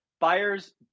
buyers